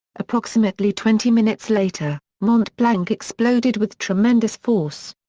approximately twenty minutes later, mont-blanc exploded with tremendous force.